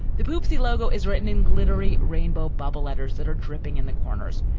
the poopsie logo is written in glittery rainbow bubble letters that are dripping in the corners.